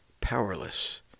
powerless